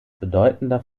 bedeutender